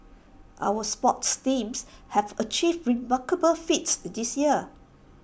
our sports teams have achieved remarkable feats this year